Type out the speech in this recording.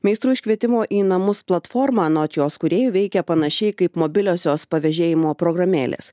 meistrų iškvietimo į namus platforma anot jos kūrėjų veikia panašiai kaip mobiliosios pavėžėjimo programėlės